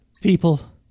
people